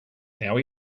now